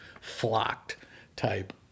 flocked-type